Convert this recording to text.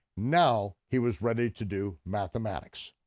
now he was ready to do mathematics.